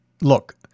look